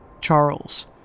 Charles